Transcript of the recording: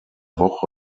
woche